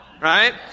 right